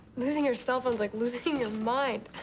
losing your cell phone's like losing your mind.